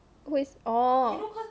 who is orh